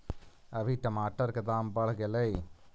अभी टमाटर के दाम बढ़ गेलइ